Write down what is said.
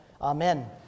Amen